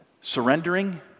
surrendering